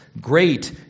great